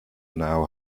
now